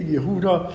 Yehuda